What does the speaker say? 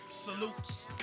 Salutes